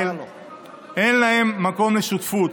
אין לו מקום לשותפות,